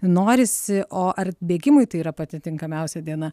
norisi o ar bėgimui tai yra pati tinkamiausia diena